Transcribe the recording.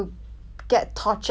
like owner